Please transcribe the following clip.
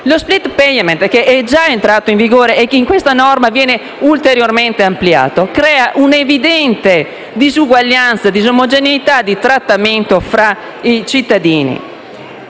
lo *split payment*, che è già in entrato in vigore e che in questa norma viene ampliato ulteriormente. Crea un'evidente diseguaglianza e disomogeneità di trattamento tra i cittadini.